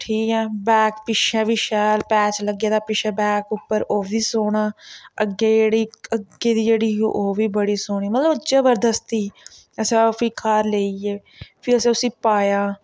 ठीक ऐ बैक पिच्छै बी शैल पैच लग्गे दा पिच्छै बैक उप्पर ओह् बी सौह्ना अग्गें जेह्ड़े अग्गें दी जेह्ड़ी ओह् बी बड़ी सौह्नी मतलब जबरदस्त ही अच्छा फिर अस घर लेई गे फिर उसी असें पाया